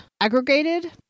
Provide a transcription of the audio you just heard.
aggregated